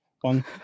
one